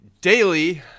daily